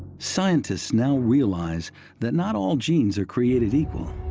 scientists now realize that not all genes are created equal.